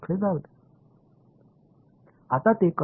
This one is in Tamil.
இப்போது அது எப்படி என்று பார்ப்போம்